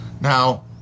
Now